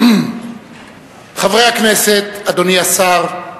חברי הכנסת, אדוני השר,